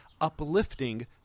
uplifting